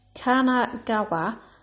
Kanagawa